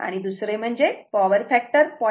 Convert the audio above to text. आणि दुसरी म्हणजे पॉवर फॅक्टर 0